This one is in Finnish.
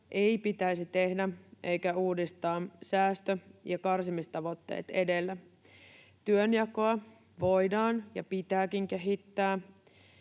ei pitäisi tehdä eikä uudistaa säästö- ja karsimistavoitteet edellä. Työnjakoa voidaan ja pitääkin kehittää